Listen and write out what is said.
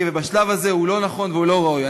ובשלב הזה הם לא נכונים והם לא ראויים.